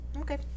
Okay